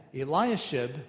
Eliashib